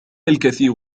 الكثير